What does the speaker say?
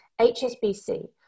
HSBC